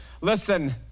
Listen